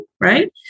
right